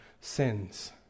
sins